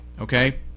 okay